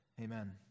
amen